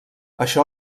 això